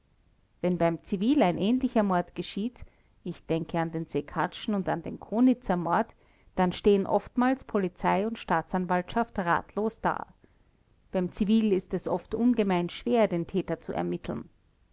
wenn beim zivil ein ähnlicher mord geschieht ich denke an den sekathschen und an den konitzer mord dann stehen oftmals polizei und staatsanwaltschaft ratlos da beim zivil ist es oft ungemein schwer den täter zu ermitteln